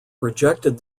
rejected